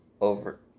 over